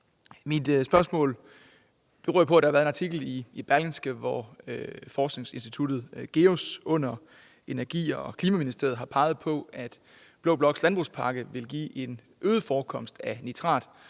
Mit spørgsmål beror på, at der har været en artikel i Berlingske, hvor forskningsinstituttet GEUS under Energi-, Forsynings- og Klimaministeriet har peget på, at blå bloks landbrugspakke vil give en øget forekomst af nitrat,